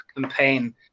campaign